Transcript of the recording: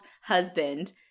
husband